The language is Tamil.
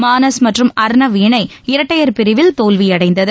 மானஸ் மற்றும் அர்னவ் இணை இரட்டையர் பிரிவில் தோல்வியடைந்தது